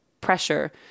pressure